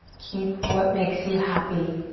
keep what makes you happy.